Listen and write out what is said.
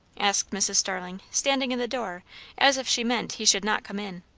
asked mrs. starling, standing in the door as if she meant he should not come in.